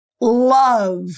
Love